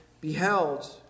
beheld